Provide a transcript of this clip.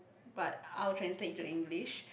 but I will translate it to English